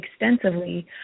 extensively